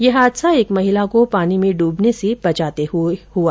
यह हादसा एक महिला को पानी में डूबने से बचाते हुए हुआ